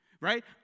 right